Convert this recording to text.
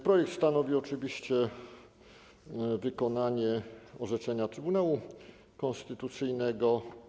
Projekt stanowi oczywiście wykonanie orzeczenia Trybunału Konstytucyjnego.